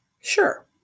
sure